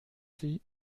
sie